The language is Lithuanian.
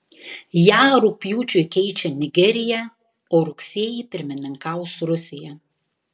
ją rugpjūčiui keičia nigerija o rugsėjį pirmininkaus rusija